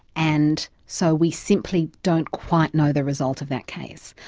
and so we simply don't quite know the result of that case.